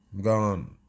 Gone